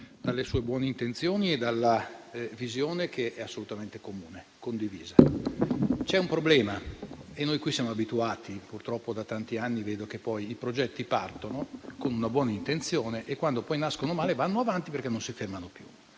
dalle sue buone intenzioni e dalla visione che è assolutamente comune e condivisa. C'è un problema. Noi siamo abituati, purtroppo da tanti anni, al fatto che i progetti partono con una buona intenzione e, quando poi nascono male, vanno avanti perché non si fermano più.